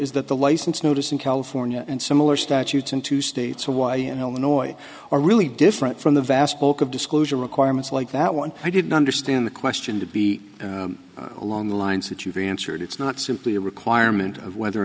is that the license notice in california and similar statutes in two states are why you know annoy or really different from the vast bulk of disclosure requirements like that one i didn't understand the question to be along the lines that you've answered it's not simply a requirement of whether or